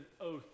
oath